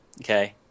Okay